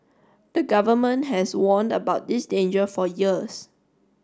the government has warned about this danger for years